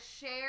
share